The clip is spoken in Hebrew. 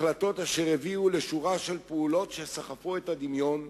החלטות אשר הביאו לשורה של פעולות שסחפו את הדמיון,